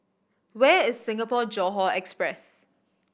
where is Singapore Johore Express